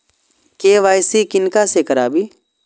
KYC किनका से कराबी?